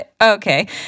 Okay